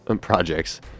projects